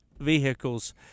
vehicles